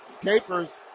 Capers